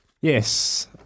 yes